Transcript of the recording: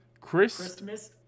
Christmas